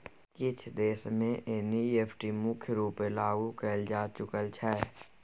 किछ देश मे एन.इ.एफ.टी मुख्य रुपेँ लागु कएल जा चुकल छै